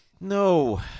No